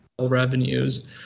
revenues